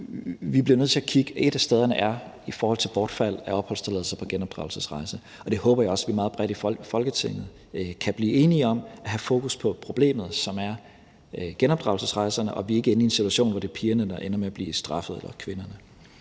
vi bliver nødt til at kigge på, og et af stederne er bortfald af opholdstilladelser i forbindelse med genopdragelsesrejser, og jeg håber også, vi meget bredt i Folketinget kan blive enige om at have fokus på problemet, som er genopdragelsesrejserne, og at vi ikke er i en situation, hvor det er pigerne eller kvinderne, der ender med at blive straffet. Kl.